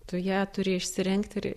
tu ją turi išsirengti